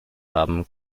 haben